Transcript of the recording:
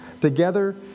together